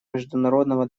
международного